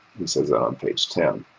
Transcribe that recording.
says that on page ten.